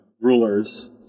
rulers